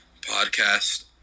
podcast